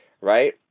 right